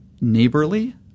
Neighborly